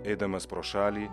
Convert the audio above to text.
eidamas pro šalį